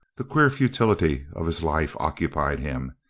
the queer futility of his life occupied him.